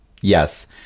Yes